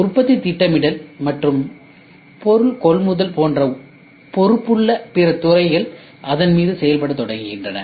உற்பத்தித் திட்டமிடல் மற்றும் பொருள் கொள்முதல் போன்ற பொறுப்புள்ள பிற துறைகள் அதன் மீது செயல்படத் தொடங்குகின்றன